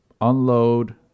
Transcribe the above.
unload